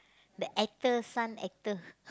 the actor son actor